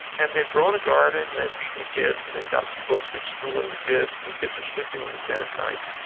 and they've grown a garden, they're feeding the kids, and they've got a few books. they're schooling the kids, and the kids are sleeping in the tent at night.